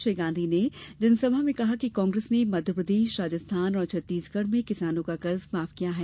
श्री गांधी ने जनसभा में कहा कि कांग्रेस ने मध्यप्रदेश राजस्थान और छत्तीसगढ़ में किसानों का कर्ज माफ किया है